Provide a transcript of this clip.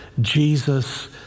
Jesus